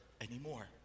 anymore